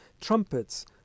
trumpets